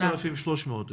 זה באמת הולך ועולה מידי שנה.